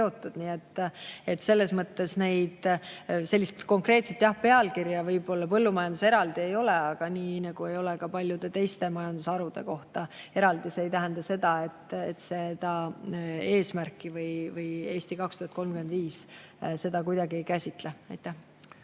seotud. Selles mõttes jah, sellist konkreetset pealkirja "Põllumajandus" eraldi ei ole, aga ei ole ka paljude teiste majandusharude kohta eraldi. See ei tähenda seda, et seda eesmärki "Eesti 2035" kuidagi ei käsitle. Aitäh!